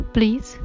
Please